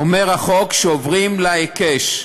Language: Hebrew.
אומר החוק שעוברים להיקש,